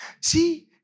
See